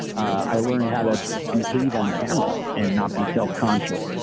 i learned how to behave on camera and not be self-conscious.